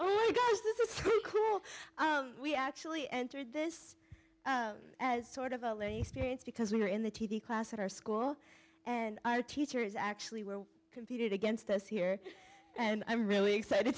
is cool we actually entered this as sort of a lay experience because we were in the t v class at our school and i teachers actually were competed against us here and i'm really excited